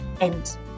end